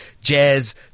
jazz